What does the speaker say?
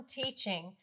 teaching